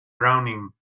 drowning